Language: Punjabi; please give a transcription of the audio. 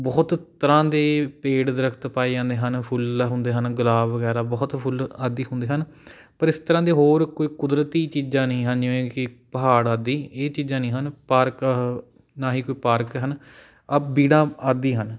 ਬਹੁਤ ਤਰ੍ਹਾਂ ਦੇ ਪੇੜ ਦਰੱਖ਼ਤ ਪਾਏ ਜਾਂਦੇ ਹਨ ਫੁੱਲ ਹੁੰਦੇ ਹਨ ਗੁਲਾਬ ਵਗੈਰਾ ਬਹੁਤ ਫੁੱਲ ਆਦਿ ਹੁੰਦੇ ਹਨ ਪਰ ਇਸ ਤਰ੍ਹਾਂ ਦੇ ਹੋਰ ਕੋਈ ਕੁਦਰਤੀ ਚੀਜ਼ਾਂ ਨਹੀਂ ਹਨ ਜਿਵੇਂ ਕਿ ਪਹਾੜ ਆਦਿ ਇਹ ਚੀਜ਼ਾਂ ਨਹੀਂ ਹਨ ਪਾਰਕ ਨਾ ਹੀ ਕੋਈ ਪਾਰਕ ਹਨ ਆ ਬੀੜਾਂ ਆਦਿ ਹਨ